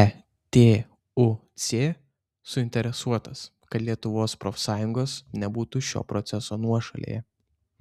etuc suinteresuotas kad lietuvos profsąjungos nebūtų šio proceso nuošalėje